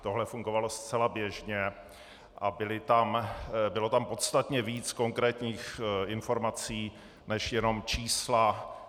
Tohle fungovalo zcela běžně a bylo tam podstatně víc konkrétních informací než jenom čísla.